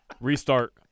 Restart